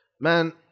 man